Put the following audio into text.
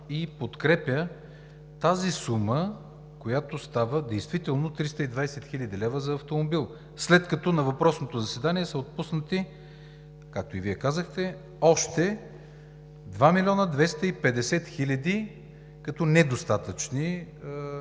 и подкрепят тази сума, която става действително 320 хил. лв. за автомобил, след като на въпросното заседание са отпуснати, както и Вие казахте, още 2 млн. 250 хил. лв. като недостатъчни,